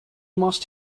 must